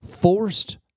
forced